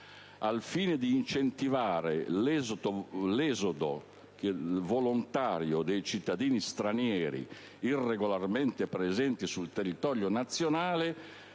Al fine di incentivare l'esodo volontario dei cittadini stranieri irregolarmente presenti sul territorio nazionale,